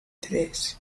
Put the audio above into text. tres